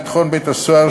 ביטחון בית-הסוהר,